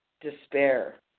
despair